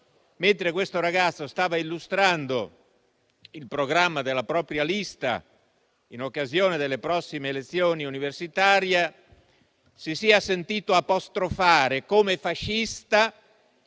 Fratelli d'Italia) stava illustrando il programma della propria lista in occasione delle prossime elezioni universitarie, si sia sentito apostrofare come fascista